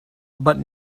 but